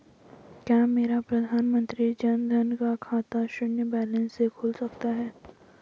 क्या मेरा प्रधानमंत्री जन धन का खाता शून्य बैलेंस से खुल सकता है?